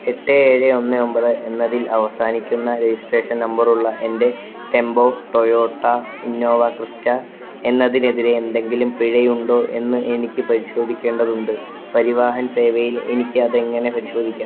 എട്ട് ഏഴ് ഒന്ന് ഒമ്പത് എന്നതിൽ അവസാനിക്കുന്ന രജിസ്ട്രേഷൻ നമ്പറുള്ള എൻ്റെ ടെംപോ ടൊയോട്ട ഇന്നോവ ക്രിസ്റ്റ എന്നതിനെതിരെ എന്തെങ്കിലും പിഴയുണ്ടോ എന്ന് എനിക്കു പരിശോധിക്കേണ്ടതുണ്ട് പരിവാഹൻ സേവയിൽ എനിക്ക് അത് എങ്ങനെ പരിശോധിക്കാം